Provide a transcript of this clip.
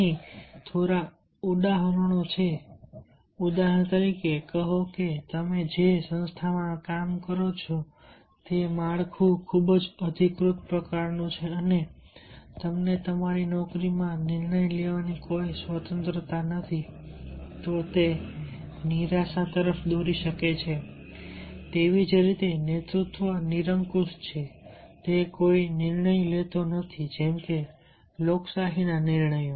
અહીં થોડા ઉદાહરણો છે ઉદાહરણ તરીકે કહો કે તમે જે સંસ્થામાં કામ કરો છો તે માળખું ખૂબ જ અધિકૃત પ્રકારનું છે અને તમને તમારી નોકરીમાં નિર્ણય લેવાની કોઈ સ્વતંત્રતા નથી તે નિરાશા તરફ દોરી શકે છે તેવી જ રીતે નેતૃત્વ નિરંકુશ છે તે કોઈ નિર્ણય લેતો નથી જેમ કે લોકશાહી નિર્ણયો